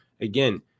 Again